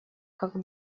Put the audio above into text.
как